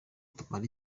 tumara